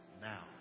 now